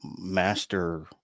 master